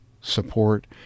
support